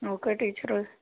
okay ടീച്ചറേ